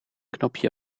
knopje